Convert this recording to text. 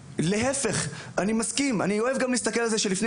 להיפך אני מסכים ואני אוהב להסתכל על זה שלפני